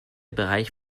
bereich